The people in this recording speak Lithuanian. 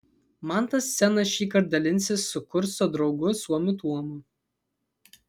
mantas scena šįkart dalinsis su kurso draugu suomiu tuomu